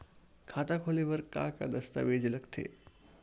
खाता खोले बर का का दस्तावेज लगथे?